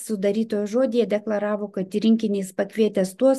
sudarytojo žodyje deklaravo kad į rinkiį jis pakvietęs tuos